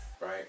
right